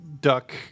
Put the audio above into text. duck